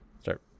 Start